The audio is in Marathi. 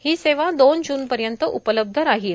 ही सेवा दोन जूनपर्यंत उपलब्ध राहील